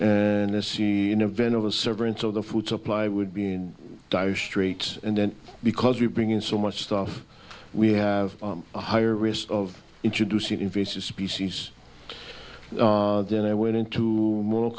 of the food supply would be in dire straits and then because we bring in so much stuff we have a higher risk of introducing invasive species then i went into moral